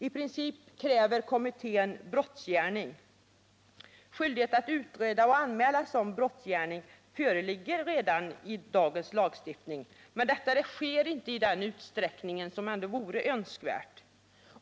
I princip kräver kommittén brottsgärning. Skyldighet att utreda och anmäla sådan brottsgärning föreligger redan i nu gällande lagar. Men skyldigheten fullgörs inte i den utsträckning som vore önskvärd.